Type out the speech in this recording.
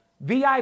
VIP